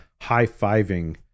high-fiving